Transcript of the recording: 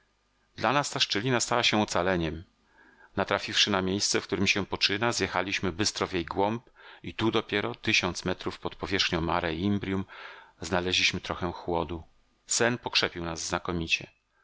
dla nas ta szczelina stała się ocaleniem natrafiwszy na miejsce w którym się poczyna zjechaliśmy bystro w jej głąb i tu dopiero tysiąc metrów pod powierzchnią mare imbrium znaleźliśmy trochę chłodu sen pokrzepił nas znakomicie